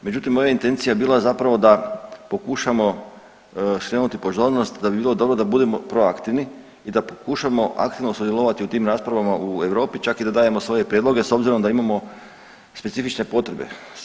Međutim, moja intencija je bila zapravo da pokušamo skrenuti pozornost da bi bilo dobro da budemo proaktivni i da pokušamo aktivno sudjelovati u tim raspravama u Europi, čak i da dajemo svoje prijedloge s obzirom da imamo specifične potrebe.